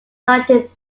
ninety